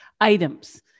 items